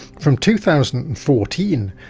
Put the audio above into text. from two thousand and fourteen,